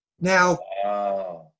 Now-